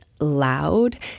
loud